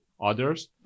others